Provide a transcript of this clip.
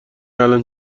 الان